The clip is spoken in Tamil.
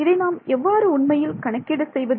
இதை நாம் எவ்வாறு உண்மையில் கணக்கீடு செய்வது